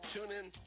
TuneIn